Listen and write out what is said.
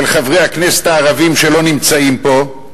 של חברי הכנסת הערבים שלא נמצאים פה,